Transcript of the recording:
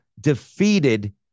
defeated